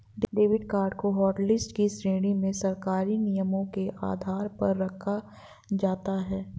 debit card को hotlist की श्रेणी में सरकारी नियमों के आधार पर रखा जाता है